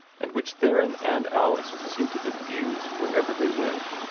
and which theron and alice seemed to diffuse wherever they went.